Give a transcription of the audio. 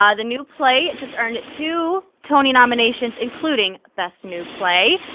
um the new play just earned two tony nominations including best new play.